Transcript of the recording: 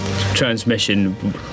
transmission